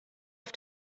auf